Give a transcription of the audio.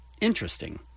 interesting